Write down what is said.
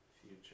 future